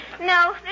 No